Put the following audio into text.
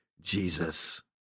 Jesus